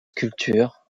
sculptures